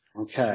Okay